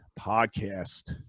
podcast